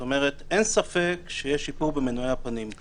אין ספק שיש שיפור משמעותי במנועי הפנים.